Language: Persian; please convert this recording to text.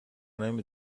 نمی